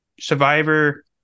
survivor